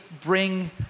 bring